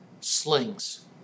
slings